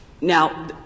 Now